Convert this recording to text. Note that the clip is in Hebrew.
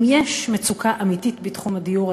אם יש מצוקה אמיתית בתחום הדיור,